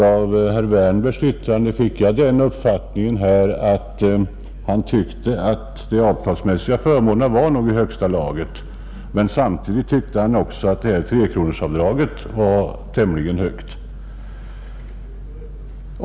Av herr Wärnbergs yttrande fick jag den uppfattningen att han tycker att traktamentsförmånerna nog är i högsta laget, men samtidigt anser han tydligen att trekronorsavdraget är tämligen högt.